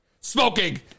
smoking